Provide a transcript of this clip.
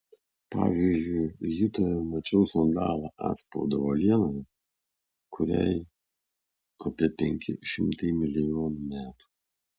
pavyzdžiui jutoje mačiau sandalo atspaudą uolienoje kuriai apie penki šimtai milijonų metų